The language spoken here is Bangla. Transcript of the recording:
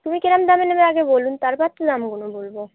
তুমি কিরম দামের নেবে আগে বলুন তারপর তো দামগুলো বলবো